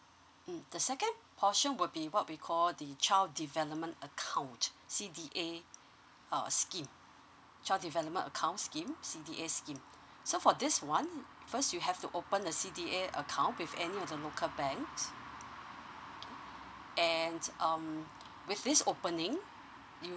mm the second portion will be what we call the child development account C_D_A err scheme child development account scheme C_D_A scheme so for this one first you have to open the C_D_A account with any of the local banks and um with this opening you